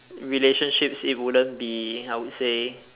relationships it wouldn't be I would say